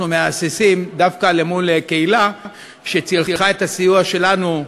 אנחנו מהססים דווקא מול קהילה שצריכה את הסיוע שלנו,